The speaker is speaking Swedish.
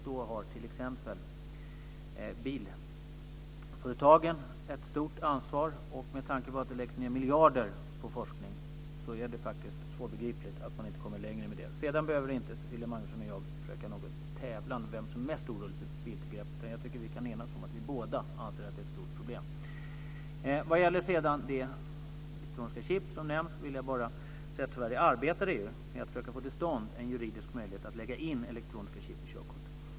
Då har t.ex. bilföretagen ett stort ansvar, och med tanke på att det läggs ned miljarder på forskning är det faktiskt svårbegripligt att man inte kommer längre med det. Sedan behöver inte Cecilia Magnusson och jag försöka tävla om vem som är mest orolig för biltillgrepp, utan jag tycker att vi kan enas om att vi båda anser att det är ett stort problem. När det gäller det elektroniska chip som nämns vill jag bara säga att Sverige arbetar i EU med att försöka få till stånd en juridisk möjlighet att lägga in elektroniska chip i körkort.